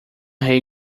rei